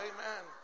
Amen